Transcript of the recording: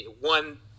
one